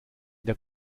der